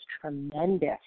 tremendous